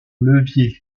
levier